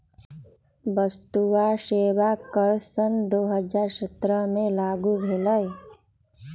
वस्तु आ सेवा कर सन दू हज़ार सत्रह से लागू भेलई